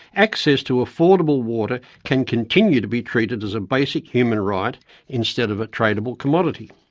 access to affordable water can continue to be treated as a basic human right instead of a tradable commodity.